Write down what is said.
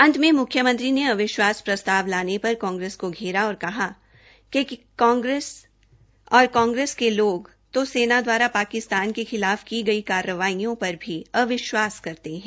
अंत में मुख्यमंत्री ने अविश्वास प्रस्ताव लाने पर कांग्रेस काँ घेरा और कहा कि कांग्रेस और कांग्रेस के लाग तथ सेना दवारा पाकिस्तान के खिलाफ की गई कार्रवाईयों पर भी अविश्वास करते है